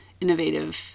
innovative